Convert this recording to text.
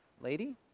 lady